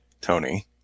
Tony